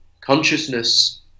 consciousness